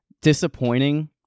disappointing